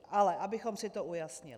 Ale abychom si to ujasnili.